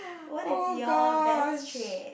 what is your best trait